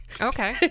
Okay